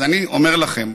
אז אני אומר לכם,